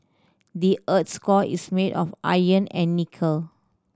the earth's core is made of iron and nickel